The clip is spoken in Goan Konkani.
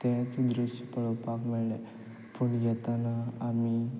तेंच दृश्य पळोवपाक मेळ्ळें पूण येतना आमी